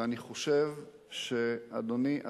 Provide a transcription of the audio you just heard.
ואני חושב שאדוני,